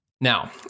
Now